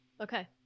Okay